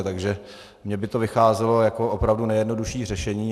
Takže mě by to vycházelo jako opravdu nejjednodušší řešení.